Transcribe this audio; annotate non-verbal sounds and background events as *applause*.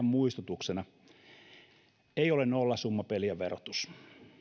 *unintelligible* muistutuksena ei ole nollasummapeliä verotus